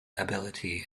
ability